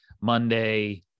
Monday